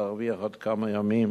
להרוויח עוד כמה ימים